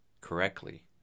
correctly